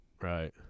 right